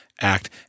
act